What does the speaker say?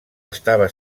estava